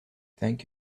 thank